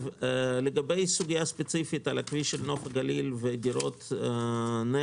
לגבי הסוגיה הספציפית של כביש נוף הגליל ודירות נ"ר,